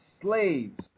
slaves